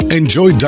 enjoy